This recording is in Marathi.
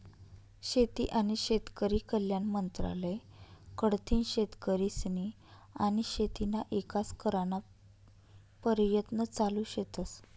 शेती आनी शेतकरी कल्याण मंत्रालय कडथीन शेतकरीस्नी आनी शेतीना ईकास कराना परयत्न चालू शेतस